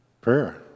prayer